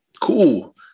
cool